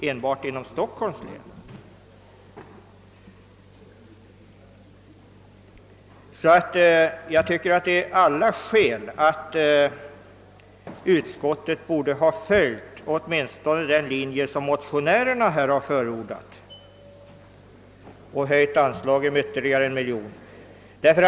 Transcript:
Jag tycker därför att alla skäl talar för att utskottet åtminstone borde ha gått med på motionärernas begäran och alltså höjt anslaget med ytterligare 1 miljon kronor.